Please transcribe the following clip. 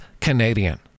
Canadian